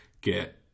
get